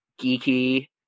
geeky